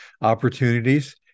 opportunities